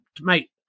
mate